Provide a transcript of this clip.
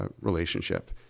relationship